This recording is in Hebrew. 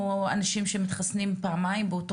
או אנשים שמתחסנים פעמיים באותו